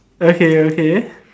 okay okay